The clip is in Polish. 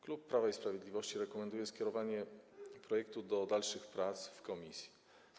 Klub Prawa i Sprawiedliwości rekomenduje skierowanie projektu do dalszych prac w komisji.